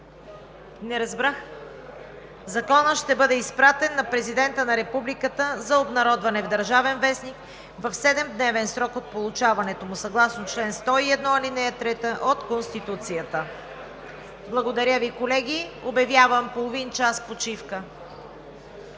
повторно. Законът ще бъде изпратен на Президента на Републиката за обнародване в „Държавен вестник“ в седемдневен срок от получаването му съгласно чл. 101, ал. 3 от Конституцията. Благодаря Ви, колеги. Обявявам половин час почивка.